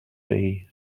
bees